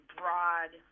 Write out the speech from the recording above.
broad